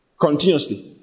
Continuously